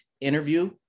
interview